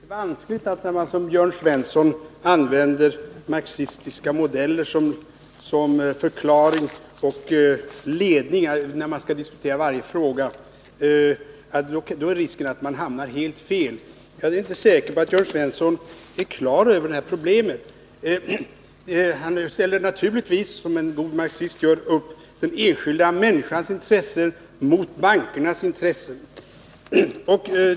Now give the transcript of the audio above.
Fru talman! Jag tror att det är vanskligt att som Jörn Svensson använda marxistiska modeller som förklaring och ledning i varje fråga man diskuterar. Risken är att man hamnar helt fel. Jag är inte säker på att Jörn Svensson är klar över problemet. Han ställer naturligtvis, som en god marxist gör, upp den enskilda människans intressen mot bankernas intressen.